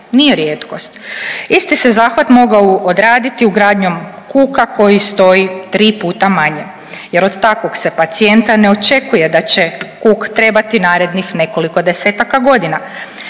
Nije rijetkost. Isti se zahvat mogao odraditi ugradnjom kuka koji stoji tri puta manje, jer od takvog se pacijenta ne očekuj e da će kuk trebati narednih nekoliko desetaka godina.